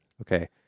Okay